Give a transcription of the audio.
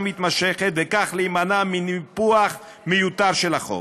המתמשכת וכך להימנע מניפוח מיותר של החוב.